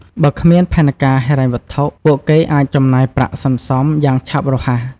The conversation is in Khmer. បើគ្មានផែនការហិរញ្ញវត្ថុ ពួកគេអាចចំណាយប្រាក់សន្សំយ៉ាងឆាប់រហ័ស។